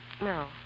No